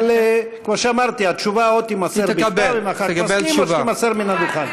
אבל בעיקרון התקנון אומר שאתה משיב מן הדוכן במידה,